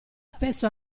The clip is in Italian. spesso